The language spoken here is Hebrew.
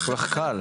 זה כל כך קל.